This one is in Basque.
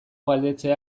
galdetzea